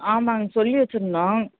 ஆமாங்க சொல்லி வைச்சிருந்தோம்